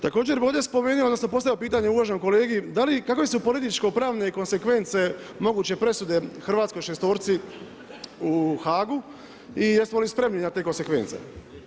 Također bih ovdje spomenuo odnosno postavio pitanje uvaženom kolegi da li i kakve su političko pravne konsekvence moguće presude hrvatskoj šestorci u Haagu i jesmo li spremni na te konsekvence.